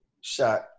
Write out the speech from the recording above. shot